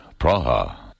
Praha